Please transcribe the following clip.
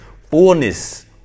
fullness